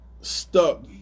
stuck